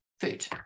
food